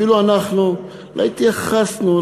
אפילו אנחנו לא התייחסנו.